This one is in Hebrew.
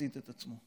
הצית את עצמו.